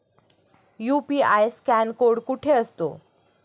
UPI scan code कुठे असतो?